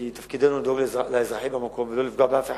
כי תפקידנו לדאוג לאזרחים במקום ולא לפגוע באף אחד.